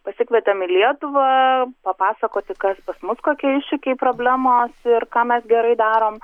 pasikvietėm į lietuvą papasakoti kas pas mus kokie iššūkiai problemos ir ką mes gerai darom